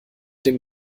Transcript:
dem